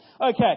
Okay